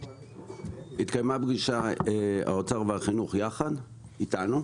התקיימה פגישה של משרדי האוצר והחינוך יחד אתנו.